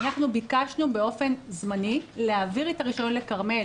ביקשנו באופן זמני להעביר את הרישיון לכרמל